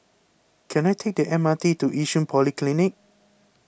can I take the M R T to Yishun Polyclinic